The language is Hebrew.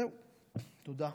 זהו, תודה.